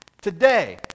today